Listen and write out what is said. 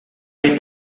vetta